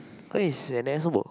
cause he's an asshole